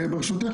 ברשותך,